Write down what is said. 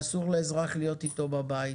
ואסור לאזרח להיות איתו בבית,